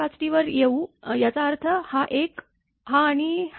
5T वर येऊ याचा अर्थ हा एक हा आणि हा